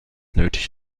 nötig